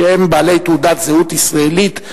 שהם בעלי תעודת זהות ישראלית,